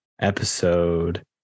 episode